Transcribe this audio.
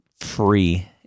free